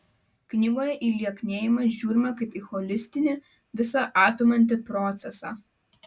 knygoje į lieknėjimą žiūrima kaip į holistinį visą apimantį procesą